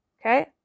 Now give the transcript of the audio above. Okay